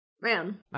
man